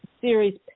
series